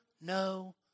no